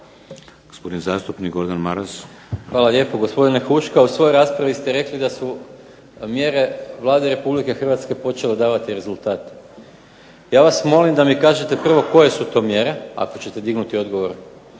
Hvala lijepo. Gospodine Huška, u svojoj raspravi ste rekli da su mjere Vlade Republike Hrvatske počele davati rezultate. Ja vas molim da mi kažete prvo koje su to mjere, ako ćete dignuti odgovor